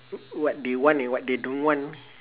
what they want and what they don't want